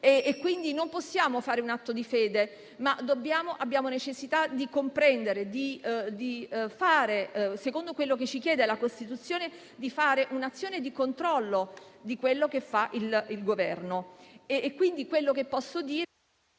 clima. Non possiamo fare quindi un atto di fede, ma abbiamo necessità di comprendere e di portare avanti, secondo quello che ci chiede la Costituzione, un'azione di controllo di quello che fa il Governo.